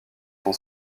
son